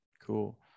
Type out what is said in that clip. Cool